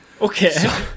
Okay